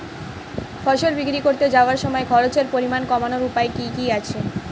ফসল বিক্রি করতে যাওয়ার সময় খরচের পরিমাণ কমানোর উপায় কি কি আছে?